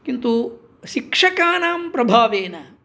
किन्तु शिक्षकानां प्रभावेन